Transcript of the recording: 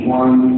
one